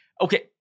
Okay